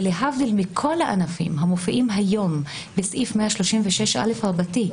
ולהבדיל מכל הענפים המופיעים היום בסעיף 136א רבתי,